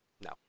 No